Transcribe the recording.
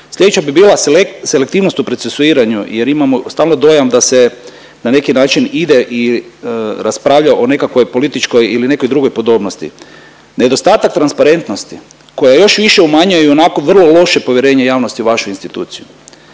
Slijedeća bi bila selektivnost u procesuiranju jer imamo stalno dojam da se na neki način ide i raspravlja o nekakvoj političkoj ili nekoj drugoj podobnosti. Nedostatak transparentnosti koja još više umanjuje ionako vrlo loše povjerenje javnosti u vašu instituciju.